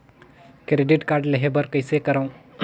Credit card लेहे बर कइसे करव?